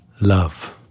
love